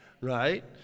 Right